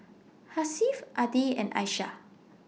Hasif Adi and Aishah